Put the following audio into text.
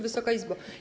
Wysoka Izbo!